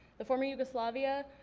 the former yugoslavia,